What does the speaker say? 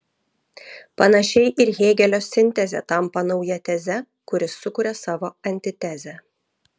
panašiai ir hėgelio sintezė tampa nauja teze kuri sukuria savo antitezę